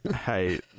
Hey